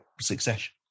succession